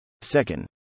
Second